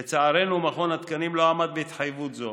לצערנו, מכון התקנים לא עמד בהתחייבות זו,